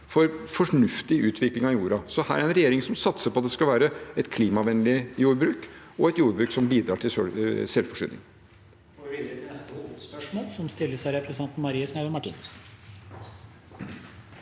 for fornuftig utvikling av jorda. Her er en regjering som satser på at det skal være et klimavennlig jordbruk og et jordbruk som bidrar til selvforsyning.